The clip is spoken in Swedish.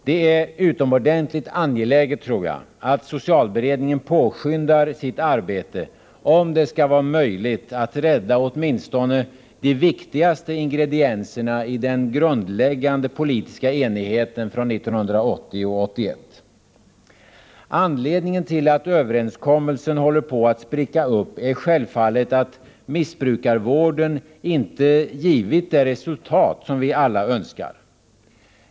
Det är utomordentligt angeläget att socialberedningen påskyndar sitt arbete, om det skall vara möjligt att rädda åtminstone de viktigaste ingredienserna i den grundläggande politiska enigheten från 1980/81. Anledningen till att överenskommelsen håller på att spricka är självfallet att missbrukarvården inte givit det resultat som vi alla önskar.